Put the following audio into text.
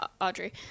Audrey